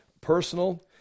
personal